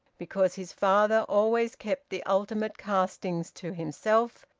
because his father always kept the ultimate castings to himself,